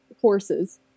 horses